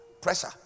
Pressure